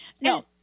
No